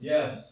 Yes